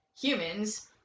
humans